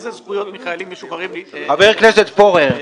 איזה זכויות מחיילים משוחררים --- חבר הכנסת פורר,